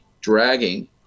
dragging